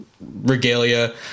regalia